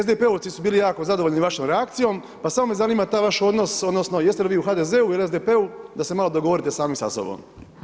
SDP-ovci su bili jako zadovoljni vašom reakcijom, pa samo me zanima taj vaš odnos odnosno jeste li vi u HDZ-u ili SDP-u, da se malo dogovorite sami sa sobom.